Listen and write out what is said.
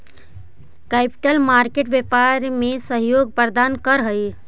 capital market व्यापार में सहयोग प्रदान करऽ हई